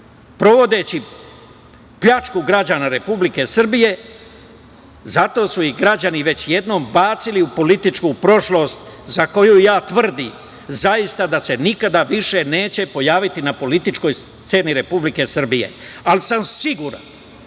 sprovodeći pljačku građana Republike Srbije i zato su ih građani već jednom bacili u političku prošlost za koju tvrdim da se nikada više neće pojaviti na političkoj sceni Republike Srbije. Siguran